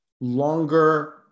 longer